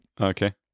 Okay